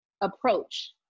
approach